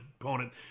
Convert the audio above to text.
opponent